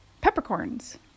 peppercorns